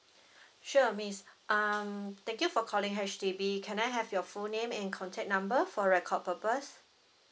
sure miss um thank you for calling H_D_B can I have your full name and contact number for record purpose